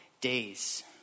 days